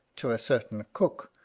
to a certain cook,